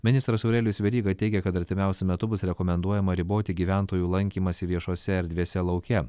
ministras aurelijus veryga teigė kad artimiausiu metu bus rekomenduojama riboti gyventojų lankymąsi viešose erdvėse lauke